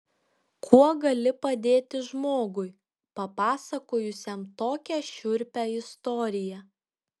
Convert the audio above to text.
kuo gali padėti žmogui papasakojusiam tokią šiurpią istoriją